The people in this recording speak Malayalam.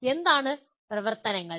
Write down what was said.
എന്താണ് പ്രവർത്തനങ്ങൾ